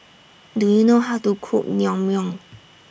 Do YOU know How to Cook Naengmyeon